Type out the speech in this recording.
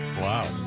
Wow